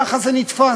כך זה נתפס.